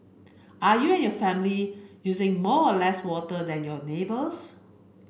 are you and your family using more or less water than your neighbours